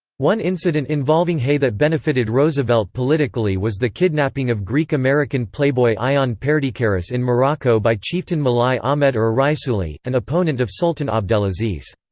one incident involving hay that benefitted roosevelt politically was the kidnapping of greek-american playboy ion perdicaris in morocco by chieftain mulai ahmed er raisuli, an opponent of sultan abdelaziz.